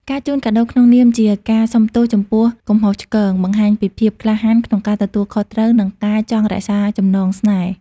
ការជូនកាដូក្នុងនាមជាការសុំទោសចំពោះកំហុសឆ្គង បង្ហាញពីភាពក្លាហានក្នុងការទទួលខុសត្រូវ និងការចង់រក្សាចំណងស្នេហ៍។